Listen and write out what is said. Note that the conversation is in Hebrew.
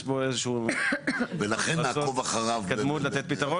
אבל יש בו איזושהי התקדמות לתת פתרון.